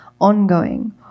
ongoing